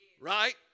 right